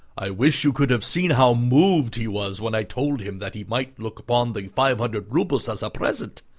i wish you could have seen how moved he was when i told him that he might look upon the five hundred roubles as a present!